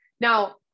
Now